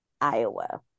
Iowa